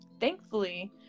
thankfully